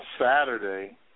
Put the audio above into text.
Saturday